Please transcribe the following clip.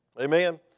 Amen